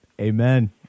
Amen